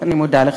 אני מודה לך.